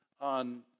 on